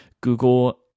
Google